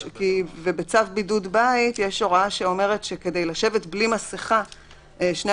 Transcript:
בצו בידוד בית יש הוראה שאומרת שכדי לשבת בלי מסכה שני